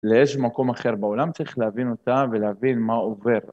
לאיזה מקום אחר בעולם צריך להבין אותה ולהבין מה עובר.